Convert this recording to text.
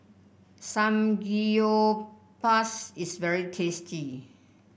Samgeyopsal is very tasty